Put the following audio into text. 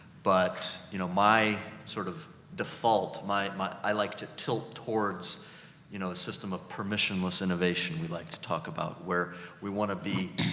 but you know, my sort of default my, my, i like to tilt towards you know, a system of permissionless innovation. we like to talk about where we want to be.